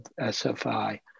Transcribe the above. SFI